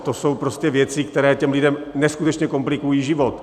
To jsou prostě věci, které těm lidem neskutečně komplikují život.